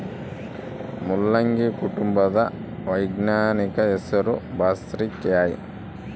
ಮುಲ್ಲಂಗಿ ಕುಟುಂಬದ ವೈಜ್ಞಾನಿಕ ಹೆಸರು ಬ್ರಾಸಿಕೆಐ